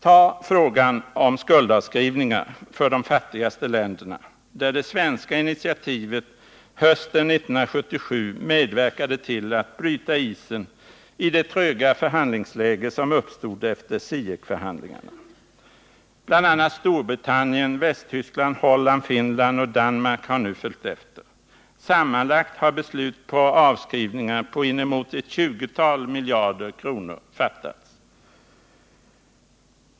Tag frågan om skuldavskrivningarna för de fattigaste länderna, där det svenska initiativet hösten 1977 medverkade till att bryta isen i det tröga förhandlingsläge som uppstod efter CIEC-förhandlingarna! Bl. a. Storbritannien, Västtyskland, Holland, Finland och Danmark har nu följt efter. Sammanlagt har beslut om avskrivningar på inemot 20 miljarder kronor fattats.